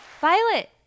Violet